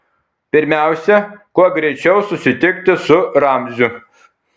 pirmiausia kuo greičiau susitikti su ramziu